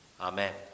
Amen